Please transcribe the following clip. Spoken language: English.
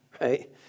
right